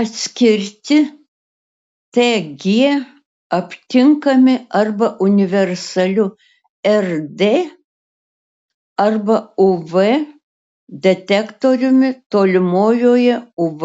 atskirti tg aptinkami arba universaliu rd arba uv detektoriumi tolimojoje uv